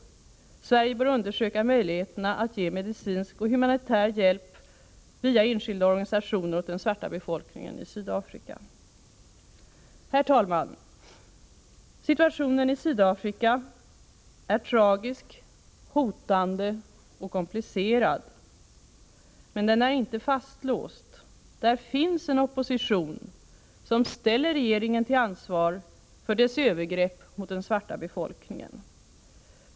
Sverige bör undersöka möjligheterna att via enskilda organisationer ge medicinsk och humanitär hjälp åt den svarta befolkningen i Sydafrika. Herr talman! Situationen i Sydafrika är tragisk, hotande och komplicerad. Men den är inte fastlåst. Där finns en opposition som ställer regeringen till ansvar för dess övergrepp mot den svarta befolkningen.